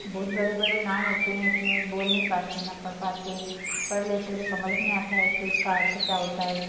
बहुत बड़े बड़े नाम होते हैं उसमें बोल नहीं पाते हैं ना पढ़ पाते हैं पढ़ लेते हैं तो समझ नहीं आता है कि उसका अर्थ क्या होता है